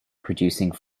producing